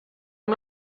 amb